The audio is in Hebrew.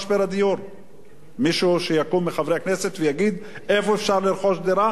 מישהו מחברי הכנסת שיקום ויגיד איפה אפשר לרכוש דירה ומי יש לו היכולת